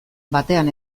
batean